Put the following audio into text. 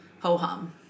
ho-hum